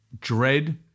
dread